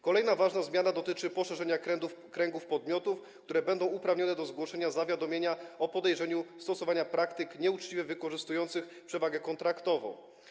Kolejna ważna zmiana dotyczy poszerzenia kręgu podmiotów, które będą uprawnione do zgłoszenia zawiadomienia o podejrzeniu stosowania praktyk nieuczciwie wykorzystujących przewagę kontraktową.